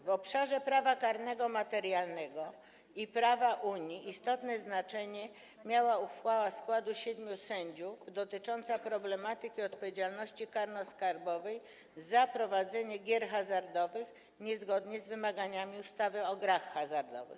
W obszarze prawa karnego materialnego i prawa Unii istotne znaczenie miała uchwała składu siedmiu sędziów dotycząca problematyki odpowiedzialności karnoskarbowej za prowadzenie gier hazardowych niezgodnie z wymaganiami ustawy o grach hazardowych.